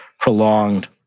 prolonged